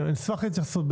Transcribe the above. התייחסות,